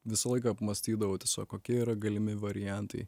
visą laiką apmąstydavau tiesiog kokie yra galimi variantai